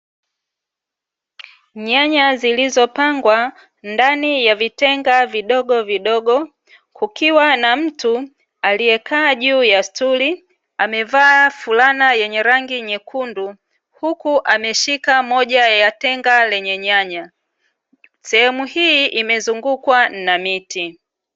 Nyanya zilizopangwa ndani ya vitenga vidogovidogo, kukiwa na mtu aliyekaa juu ya stuli, amevaa fulana yenye rangi nyekundu, huku ameshika moja ya tenga lenye nyanya. Sehemu hii imezungukwa na miti.